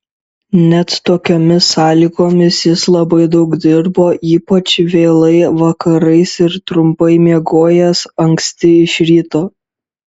net tokiomis sąlygomis jis labai daug dirbo ypač vėlai vakarais ir trumpai miegojęs anksti iš ryto